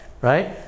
Right